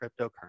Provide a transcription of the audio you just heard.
cryptocurrency